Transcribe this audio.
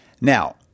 Now